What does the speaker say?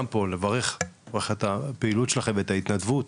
לברך את הפעילות שלכם ואת ההתנדבות,